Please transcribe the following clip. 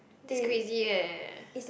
that's crazy eh